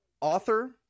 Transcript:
author